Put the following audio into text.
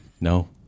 No